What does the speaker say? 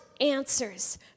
answers